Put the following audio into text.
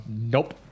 Nope